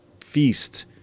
feast